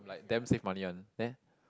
like damn save money one there